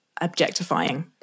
objectifying